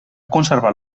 conservat